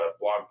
blog